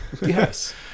yes